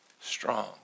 Strong